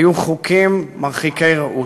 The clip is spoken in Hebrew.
היו חוקים מרחיקי ראות.